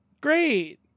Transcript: Great